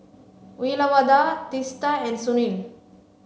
Uyyalawada Teesta and Sunil